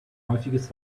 häufiges